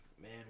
man